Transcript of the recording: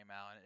out